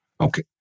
Okay